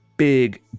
big